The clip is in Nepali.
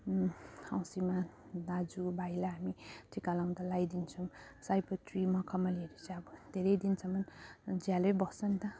औँसीमा दाजुभाइलाई हामी टिका लगाउँदा लगाइदिन्छौँ सयपत्री मखमलीहरू चाहिँ अब धेरै दिनसम्म जियालै बस्छ नि त